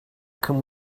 can